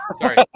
Sorry